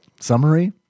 Summary